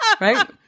Right